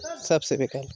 सबसे बेकार लगता है